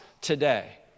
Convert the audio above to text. today